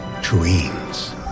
dreams